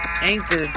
Anchor